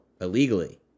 illegally